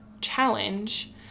challenge